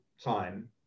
time